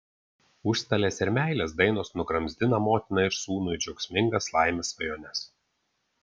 užstalės ir meilės dainos nugramzdina motiną ir sūnų į džiaugsmingas laimės svajones